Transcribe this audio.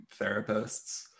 therapists